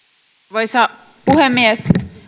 arvoisa puhemies